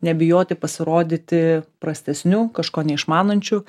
nebijoti pasirodyti prastesniu kažko neišmanančiu